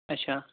اچھا